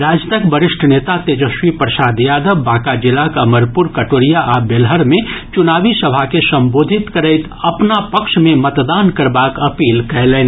राजदक वरिष्ठ नेता तेजस्वी प्रसाद यादव बांका जिलाक अमरपुर कटोरिया आ बेलहर मे चुनावी सभा के संबोधित करैत अपना पक्ष मे मतदान करबाक अपील कयलनि